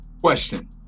question